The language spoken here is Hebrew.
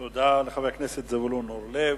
תודה לחבר הכנסת זבולון אורלב.